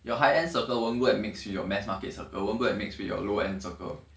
your high end circle won't go and mix with your mass market circle won't go and mix with your low end circle